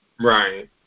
Right